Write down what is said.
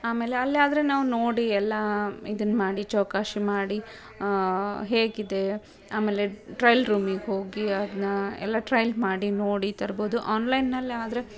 ಆಮೇಲೆ ಅಲ್ಲೇ ಆದರೆ ನಾವು ನೋಡಿ ಎಲ್ಲ ಇದನ್ನು ಮಾಡಿ ಚೌಕಾಶಿ ಮಾಡಿ ಹೇಗಿದೆ ಆಮೇಲೆ ಟ್ರಯ್ಲ್ ರೂಮಿಗೆ ಹೋಗಿ ಅದನ್ನ ಎಲ್ಲ ಟ್ರಯ್ಲ್ ಮಾಡಿ ನೋಡಿ ತರ್ಬೋದು ಆನ್ಲೈನ್ನಲ್ಲೇ ಆದರೆ